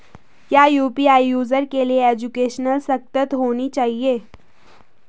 क्या UPI user के लिए एजुकेशनल सशक्त होना जरूरी है?